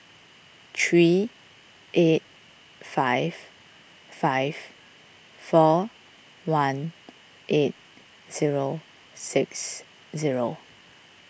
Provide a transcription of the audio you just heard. three eight five five four one eight zero six zero